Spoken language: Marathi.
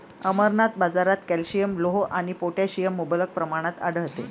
अमरनाथ, बाजारात कॅल्शियम, लोह आणि पोटॅशियम मुबलक प्रमाणात आढळते